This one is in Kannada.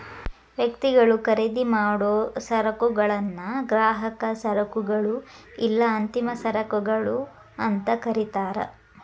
ವ್ಯಕ್ತಿಗಳು ಖರೇದಿಮಾಡೊ ಸರಕುಗಳನ್ನ ಗ್ರಾಹಕ ಸರಕುಗಳು ಇಲ್ಲಾ ಅಂತಿಮ ಸರಕುಗಳು ಅಂತ ಕರಿತಾರ